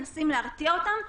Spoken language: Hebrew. מנסים להרתיע אותם,